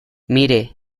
mire